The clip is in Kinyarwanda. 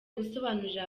gusobanurira